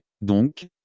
donc